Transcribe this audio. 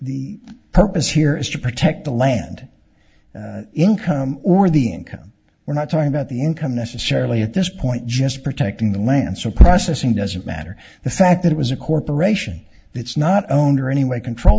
the purpose here is to protect the land income or the income we're not talking about the income necessarily at this point just protecting the land so processing doesn't matter the fact that it was a corporation it's not owned or any way control